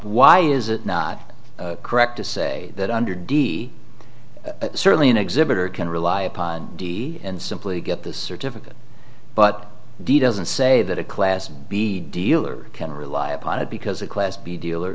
why is it not correct to say that under d certainly an exhibitor can rely upon d and simply get the certificate but doesn't say that a class b dealer can rely upon it because a class b dealer